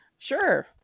Sure